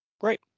great